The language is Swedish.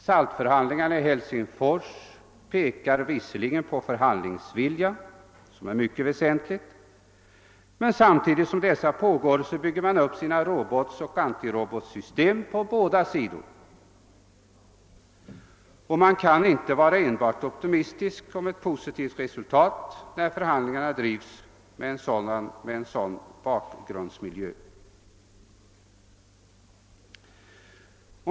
SALT-förhandlingarna i Helsingfors pekar visserligen på förhandlingsvilja mellan stormakterna, vilket är väsentligt, men samtidigt som dessa pågår bygger man på båda sidor upp sina robotoch antirobotsystem. Man kan inte vara enbart optimistisk beträffande ett positivt resultat, när förhandlingarna förs mot en sådan bakgrund.